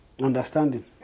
understanding